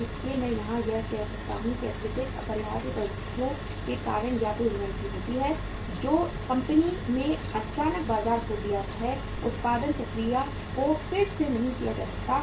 इसलिए मैं यहां यह कह सकता हूं कि अत्यधिक अपरिहार्य परिस्थितियों के कारण या तो इन्वेंट्री होती है जो कंपनी ने अचानक बाजार खो दिया है उत्पादन प्रक्रिया को फिर से नहीं किया जा सकता है